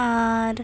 ᱟᱨ